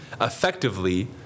effectively